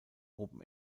open